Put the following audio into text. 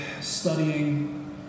studying